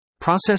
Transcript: Process